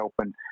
open